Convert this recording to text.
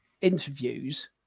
interviews